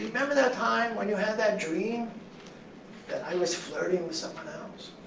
you remember that time when you had that dream that i was flirting with someone else?